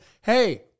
hey